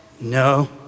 no